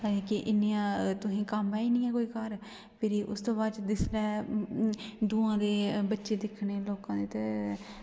कि इ'न्नियां तुसें ई कम्म ऐ निं ऐ कोई घर भिरी उसदे बाद च जिसलै दूऐं दे बच्चे दिक्खने लोकें दे ते